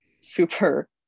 super